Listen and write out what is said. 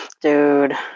Dude